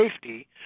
safety